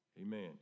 amen